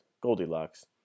Goldilocks